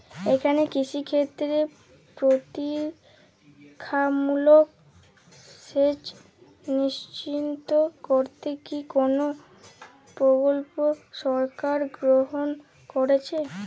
এখানে কৃষিক্ষেত্রে প্রতিরক্ষামূলক সেচ নিশ্চিত করতে কি কোনো প্রকল্প সরকার গ্রহন করেছে?